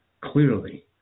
clearly